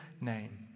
name